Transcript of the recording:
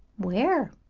where?